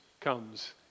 comes